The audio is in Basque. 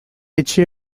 etxe